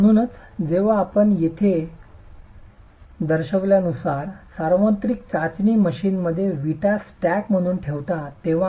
म्हणूनच जेव्हा आपण येथे दर्शविल्यानुसार सार्वत्रिक चाचणी मशीनमध्ये विटा स्टॅक म्हणून ठेवता तेव्हा